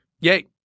yay